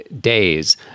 days